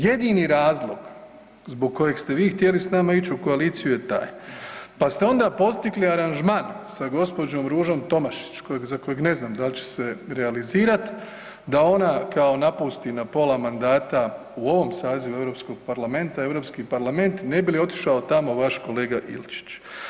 Jedini razlog zbog kojeg ste vi htjeli s nama ić u koaliciji je taj, pa ste onda postigli aranžman sa gđom. Ružom Tomašić za kojeg ne znam dal će se realizirat da ona kao napusti na pola mandata u ovom sazivu Europskog parlamenta Europski parlament ne bi li otišao tamo vaš kolega Ilčić.